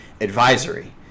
advisory